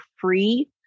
free